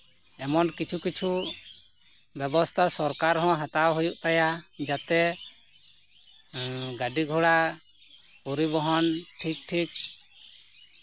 ᱮᱢᱚᱱ ᱠᱤᱪᱷᱩᱼᱠᱤᱪᱷᱩ ᱵᱮᱵᱚᱥᱛᱷᱟ ᱥᱚᱨᱠᱟᱨ ᱦᱚᱸ ᱦᱟᱛᱟᱣ ᱦᱩᱭᱩᱜ ᱛᱟᱭᱟ ᱡᱟᱛᱮ ᱮᱸᱻ ᱜᱟᱰᱤᱼᱜᱷᱚᱲᱟ ᱯᱚᱨᱤᱵᱚᱦᱚᱱ ᱴᱷᱤᱠᱼᱴᱷᱤᱠ